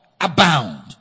abound